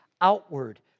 outward